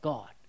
God